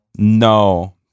No